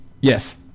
Yes